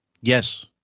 Yes